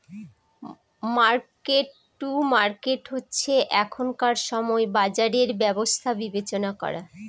market to market হচ্ছে এখনকার সময় বাজারের ব্যবস্থা বিবেচনা করা